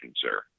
sir